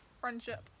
Friendship